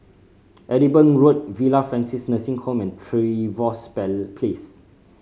Edinburgh Road Villa Francis Nursing Home and Trevose Place